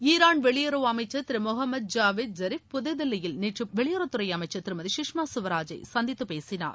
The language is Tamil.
ஈரான் வெளியுறவு அமைச்சர் திரு முகமது ஜாவேத் ஜரிஃப் புதுதில்லியில் நேற்று வெளியுறவுத்துறை அமைச்சர் திருமதி சுஷ்மா சுவராஜை சந்தித்து பேசினார்